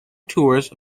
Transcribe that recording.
tours